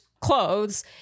clothes